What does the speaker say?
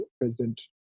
President